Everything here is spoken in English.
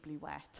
wet